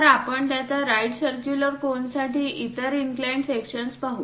तर आपण त्याच राईट सर्क्युलर कोनसाठी इतर इनक्लाइंड सेक्शन पाहू